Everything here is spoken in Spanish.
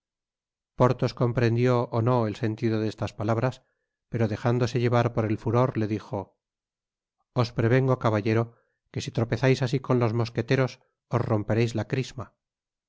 porthos comprendió ó no el sentido de estas palabras pero dejándose llevar por el furor le dijo content from google book search generated at os prevengo caballero que si tropezais así con los mosqueteros os rompereis la crisma